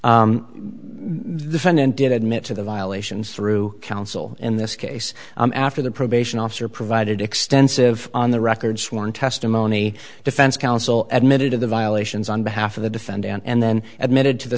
admission they found and did admit to the violations through counsel in this case after the probation officer provided extensive on the record sworn testimony defense counsel admitting to the violations on behalf of the defend and then admitted to the